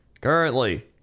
currently